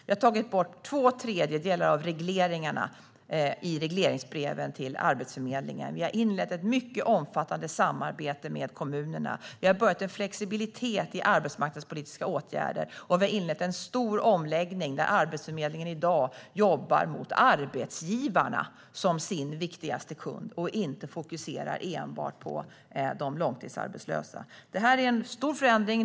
Vi har tagit bort två tredjedelar av regleringarna i regleringsbreven till Arbetsförmedlingen. Vi har inlett ett mycket omfattande samarbete med kommunerna. Vi har börjat med en flexibilitet i de arbetsmarknadspolitiska åtgärderna. Vi har inlett en stor omläggning, så att Arbetsförmedlingen i dag jobbar mot arbetsgivarna som sin viktigaste kund och inte fokuserar enbart på de långtidsarbetslösa. Det här är en stor förändring.